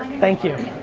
thank you.